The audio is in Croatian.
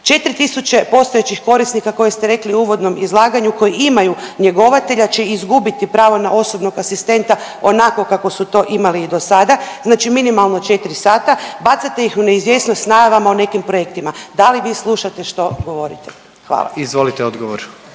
4000 postojećih korisnika koje ste rekli u uvodnom izlaganju koji imaju njegovatelja će izgubiti pravo na osobnog asistenta onako kako su to imali i do sada, znači minimalno četiri sata. Bacate ih u neizvjesnost sa najavama o nekim projektima. Da li vi slušate što govorite? Hvala. **Jandroković,